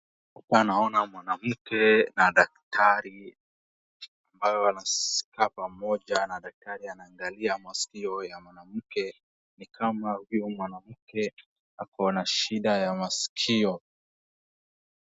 Hapa naona mwanamke na daktari , ambao wanakaa pamoja na daktari anaangalia masikio ya mwanamke, ni kama huyo mwanamke ako na shida ya masikio .